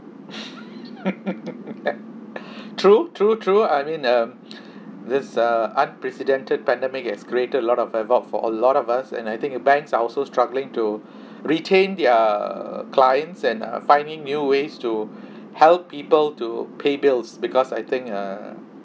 true true true I mean um this uh unprecedented pandemic as created a lot of havoc for a lot of us and I think banks are also struggling to retain their clients and uh finding new ways to help people to pay bills because I think err